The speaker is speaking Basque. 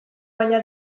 baina